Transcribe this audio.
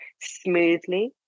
smoothly